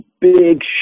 big